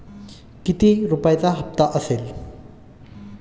किती रुपयांचा हप्ता असेल?